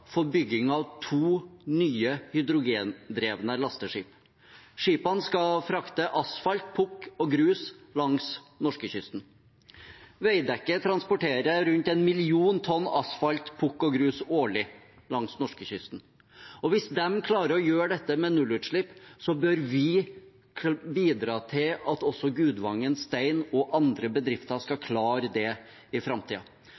for bygging av to nye hydrogendrevne lasteskip. Skipene skal frakte asfalt, pukk og grus langs norskekysten. Veidekke transporterer rundt en million tonn asfalt, pukk og grus årlig langs norskekysten. Hvis de klarer å gjøre dette med nullutslipp, bør vi bidra til at også Gudvangen Stein og andre bedrifter skal